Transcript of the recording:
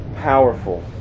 powerful